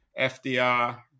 FDR